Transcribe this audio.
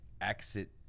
exit